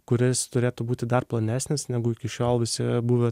kuris turėtų būti dar plonesnis negu iki šiol visi buvę